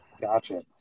Gotcha